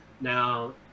Now